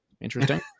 Interesting